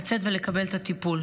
אז לצאת ולקבל את הטיפול.